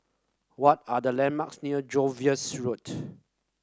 what are the landmarks near Jervois Road